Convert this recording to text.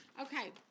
Okay